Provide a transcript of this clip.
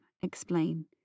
explain